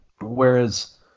whereas